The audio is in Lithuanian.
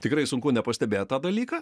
tikrai sunku nepastebėt tą dalyką